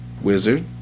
Wizard